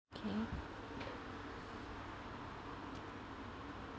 K